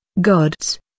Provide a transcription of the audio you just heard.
God's